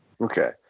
Okay